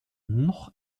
noch